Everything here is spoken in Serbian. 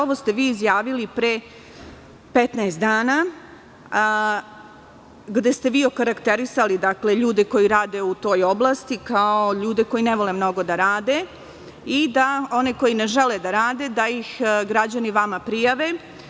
Ovo ste vi izjavili pre 15 dana gde ste okarakterisali ljude koji rade u toj oblasti kao ljude koji ne vole mnogo da rade i da one koji ne žele da rade, da ih građani vama prijave.